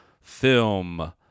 film